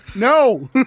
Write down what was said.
No